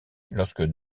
lorsque